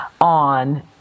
on